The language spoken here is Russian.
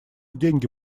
деньги